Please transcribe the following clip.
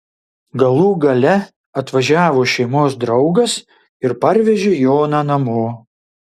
galų gale atvažiavo šeimos draugas ir parvežė joną namo